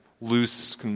loose